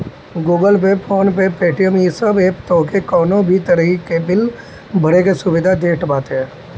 Google pay, PhonePe, Paytm इ सब app तोहके कवनो भी तरही के बिल भरे के सुविधा देत बाने